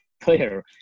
clear